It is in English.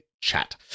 chat